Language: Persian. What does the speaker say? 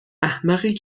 احمقی